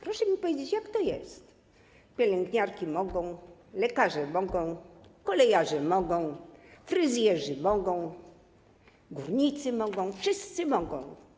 Proszę mi powiedzieć, jak to jest: pielęgniarki mogą, lekarze mogą, kolejarze mogą, fryzjerzy mogą, górnicy mogą - wszyscy mogą.